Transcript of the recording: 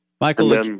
Michael